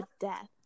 death